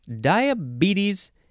Diabetes